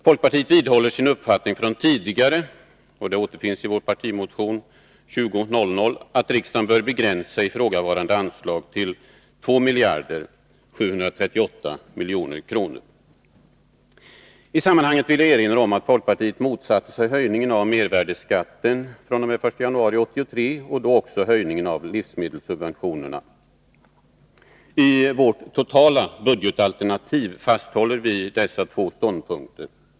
Folkpartiet vidhåller sin uppfattning från tidigare, som återfinns i vår partimotion 2000, att riksdagen bör begränsa ifrågavarande anslag till 2 738 milj.kr. I sammanhanget vill jag erinra om att folkpartiet motsatte sig höjningen av mervärdeskatten fr.o.m. den 1 januari 1983, och samtidigt höjningen av livsmedelssubventionerna. I vårt totala budgetalternativ fasthåller vi dessa två ståndpunkter.